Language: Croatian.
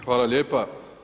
Hvala lijepa.